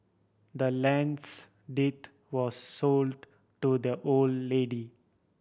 the land's deed was sold to the old lady